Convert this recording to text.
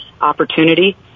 opportunity